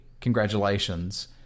Congratulations